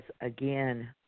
again